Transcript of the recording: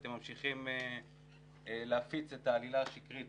אתם ממשיכים להפיץ את העלילה השקרית